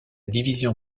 division